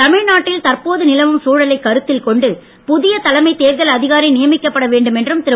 தமிழ்நாட்டில் தற்போது நிலவும் சூழலைக் கருத்தில் கொண்டு புதிய தலைமை தேர்தல் அதிகாரி நியமிக்கப்பட வேண்டும் என்றும் திரு